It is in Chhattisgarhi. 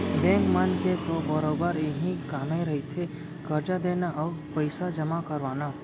बेंक मन के तो बरोबर इहीं कामे रहिथे करजा देना अउ पइसा जमा करवाना